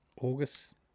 August